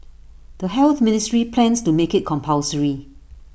the health ministry plans to make IT compulsory